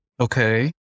Okay